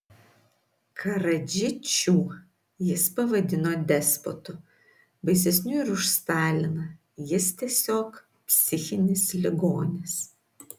karadžičių jis pavadino despotu baisesniu ir už staliną jis tiesiog psichinis ligonis